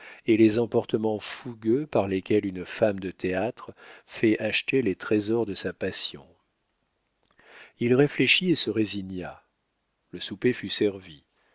et les emportements fougueux par lesquels une femme de théâtre fait acheter les trésors de sa passion il réfléchit et se résigna le souper fut servi